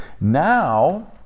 now